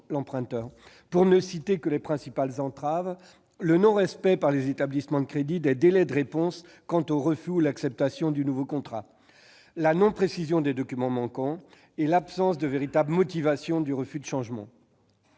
décourager l'emprunteur. Il s'agit notamment du non-respect, par les établissements de crédit, des délais de réponse quant au refus ou à l'acceptation du nouveau contrat, de la non-précision des documents manquants et de l'absence de véritable motivation du refus de changement.